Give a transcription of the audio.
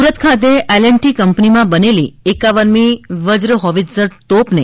સુરત ખાતે L and T કંપનીમાં બનેલી એકાવનમી વજ્ર હોવીત્જર તોપને